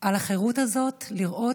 על החירות הזאת: לראות,